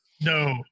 No